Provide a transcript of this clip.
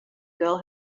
girl